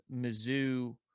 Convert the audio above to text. Mizzou